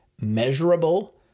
Measurable